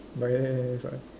ah